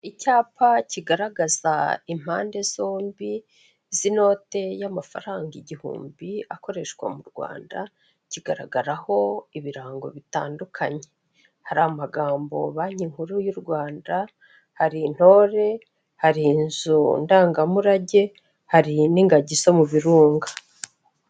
Icyapa kigaragaza impande zombi z'inote y'amafaranga igihumbi akoreshwa mu Rwanda, kigaragaraho ibirango bitandukanye, hari amagambo banki nkuru y'u Rwanda, hari intore, hari inzu ndangamurage, hari n'ingagi zo mu birunga.